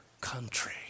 country